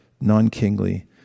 non-kingly